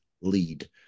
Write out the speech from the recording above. lead